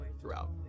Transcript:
throughout